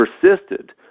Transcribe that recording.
persisted